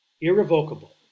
irrevocable